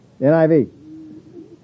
NIV